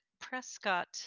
Prescott